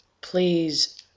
please